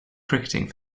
cricketing